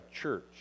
church